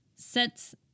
Sets